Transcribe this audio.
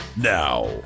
Now